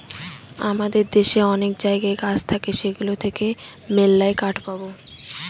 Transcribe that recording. আমাদের দেশে অনেক জায়গায় গাছ থাকে সেগুলো থেকে মেললাই কাঠ পাবো